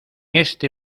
este